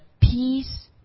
peace